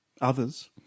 Others